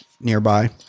nearby